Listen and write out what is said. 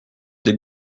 des